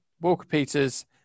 Walker-Peters